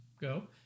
go